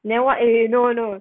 then what eh no no